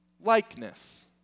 likeness